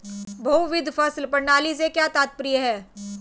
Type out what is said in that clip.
बहुविध फसल प्रणाली से क्या तात्पर्य है?